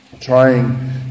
trying